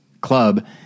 club